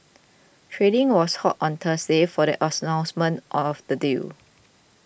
trading was halted on Thursday for the announcement of the deal